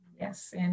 yes